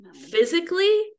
Physically